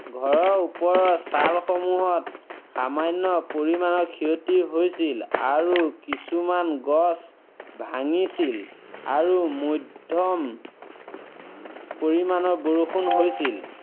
ঘৰৰ ওপৰৰ চালসমূহত সামান্য পৰিমাণৰ ক্ষতি হৈছিল আৰু কিছুমান গছ ভাঙিছিল আৰু মধ্যম পৰিমাণৰ বৰষুণ হৈছিল